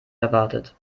erwartet